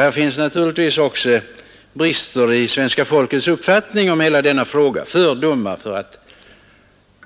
Här finns naturligtvis också brister i svenska folkets inställning till invandrarna — fördomar, för att